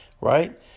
Right